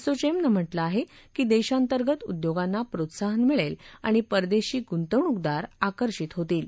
असोचॅमनं म्हटलं आहक्री दर्घोतर्गत उद्योगांना प्रोत्साहन मिळवि आणि परदर्शी गुंतवणूकदार आकर्षित होतील